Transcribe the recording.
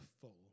full